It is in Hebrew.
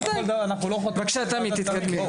בבקשה תמי, תתקדמי.